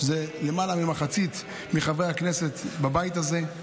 שזה למעלה ממחצית חברי הכנסת בבית הזה.